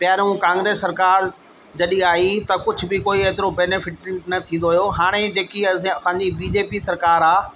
पहिरियों कांग्रेस सरकारि जॾहिं आई त कुझु बि कोई एतिरो बेनीफिट न थींदो हुओ हाणे जेकी असांजी बी जे पी सरकारि आहे